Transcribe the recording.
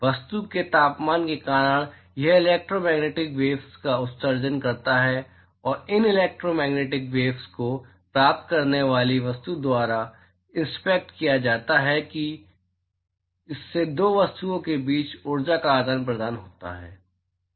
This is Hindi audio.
वस्तु के तापमान के कारण यह इलेकट्रो मैग्नेटिक वेव्स का उत्सर्जन करता है और इन इलेकट्रो मैग्नेटिक वेव्स को प्राप्त करने वाली वस्तु द्वारा इंटरसेप्ट किया जाता है और इससे 2 वस्तुओं के बीच ऊर्जा का आदान प्रदान होता है